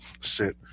sit